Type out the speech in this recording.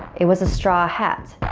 it was a straw hat,